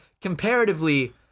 comparatively